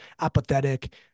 apathetic